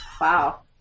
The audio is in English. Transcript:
wow